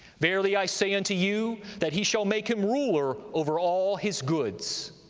verily i say unto you, that he shall make him ruler over all his goods.